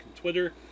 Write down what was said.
Twitter